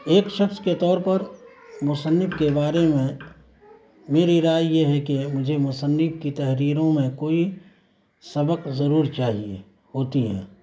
ایک شخص کے طور پر مصنف کے بارے میں میری رائے یہ ہے کہ مجھے مصنف کی تحریروں میں کوئی سبق ضرور چاہیے ہوتی ہے